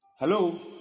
Hello